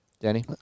Danny